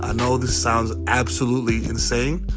ah know this sounds absolutely insane,